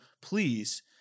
please